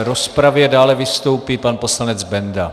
V rozpravě dále vystoupí pan poslanec Benda.